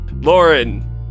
Lauren